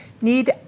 need